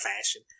fashion